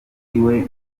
iwe